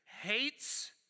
hates